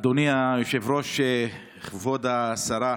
אדוני היושב-ראש, כבוד השרה,